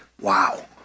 Wow